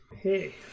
Hey